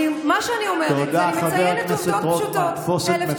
אני אומר, תודה, חבר הכנסת רוטמן, תפוס את מקומך.